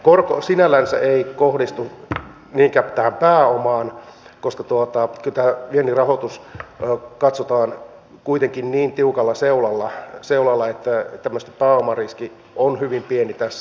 korko sinällänsä ei kohdistu niinkään tähän pääomaan koska kyllä tämä viennin rahoitus katsotaan kuitenkin niin tiukalla seulalla että pääomariski on hyvin pieni tässä